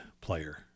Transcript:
player